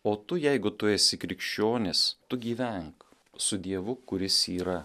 o tu jeigu tu esi krikščionis tu gyvenk su dievu kuris yra